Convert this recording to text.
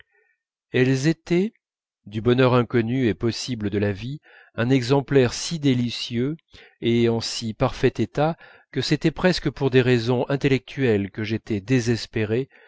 elles étaient du bonheur inconnu et possible de la vie un exemplaire si délicieux et en si parfait état que c'était presque pour des raisons intellectuelles que j'étais désespéré